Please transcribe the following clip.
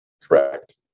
Correct